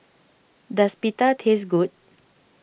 does Pita taste good